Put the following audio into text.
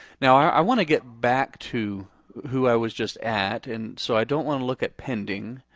now i want to get back to who i was just at, and so i don't want to look at pending.